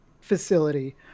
facility